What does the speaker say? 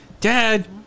Dad